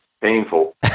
Painful